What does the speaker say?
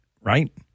right